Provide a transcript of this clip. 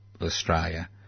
Australia